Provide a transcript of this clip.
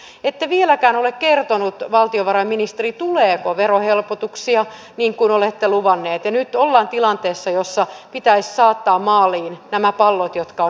ette vieläkään ole kertonut valtiovarainministeri tuleeko verohelpotuksia niin kuin olette luvanneet ja nyt ollaan tilanteessa jossa pitäisi saattaa maaliin nämä pallot jotka on ilmaan laitettu